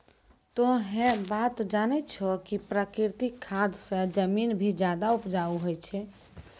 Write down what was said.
तोह है बात जानै छौ कि प्राकृतिक खाद स जमीन भी ज्यादा उपजाऊ होय छै